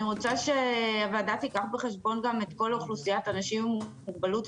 אני רוצה שהוועדה תיקח בחשבון גם את כל אוכלוסיית האנשים עם מוגבלות,